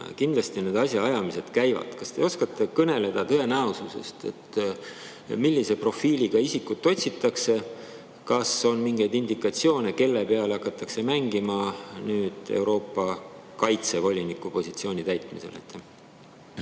Kindlasti need asjaajamised käivad. Kas te oskate kõneleda sellest, millise profiiliga isikut tõenäoliselt otsitakse? Kas on mingeid indikatsioone, kelle peale hakatakse mängima Euroopa kaitsevoliniku positsiooni täitmisel?